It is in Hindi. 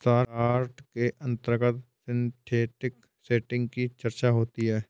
शार्ट के अंतर्गत सिंथेटिक सेटिंग की चर्चा होती है